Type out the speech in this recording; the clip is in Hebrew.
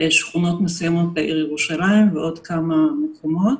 שכונות מסוימות בעיר ירושלים ועוד כמה מקומות.